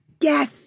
Yes